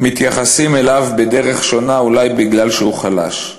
ומתייחסים אליו בדרך שונה, אולי כי הוא חלש.